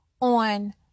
on